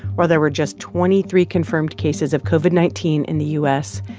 where there were just twenty three confirmed cases of covid nineteen in the u s,